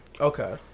okay